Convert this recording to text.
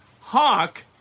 Hawk